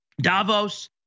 Davos